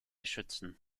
schützen